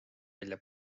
välja